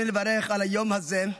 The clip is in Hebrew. ברצוני לברך על היום הזה,